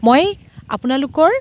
মই আপোনালোকৰ